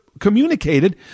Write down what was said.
communicated